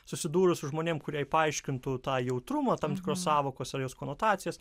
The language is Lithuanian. susidūrus su žmonėm kurie paaiškintų tą jautrumą tam tikros sąvokos ar jos konotacijas